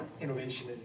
innovation